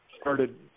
started